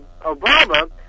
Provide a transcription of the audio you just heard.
Obama